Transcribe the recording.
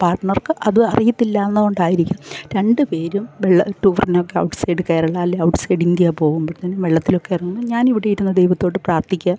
പാർട്ണർക്ക് അത് അറിയത്തില്ലാന്ന കൊണ്ടായിരിക്കും രണ്ട് പേരും വെള്ള ടൂറിനൊക്കെ ഔട്ട്സൈഡ് കേരള അല്ലേൽ ഔട്ട്സൈഡ് ഇന്ത്യ പോകുമ്പോഴത്തേനും വെള്ളത്തിലൊക്കെ ഇറങ്ങും ഞാനിവിടെ ഇരുന്ന് ദൈവത്തോട് പ്രാർത്ഥിക്കും